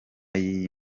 y’iyi